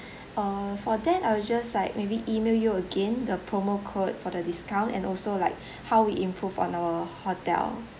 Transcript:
uh for then I'll just like maybe email you again the promo code for the discount and also like how we improve on our hotel